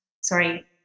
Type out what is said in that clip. sorry